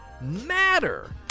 matter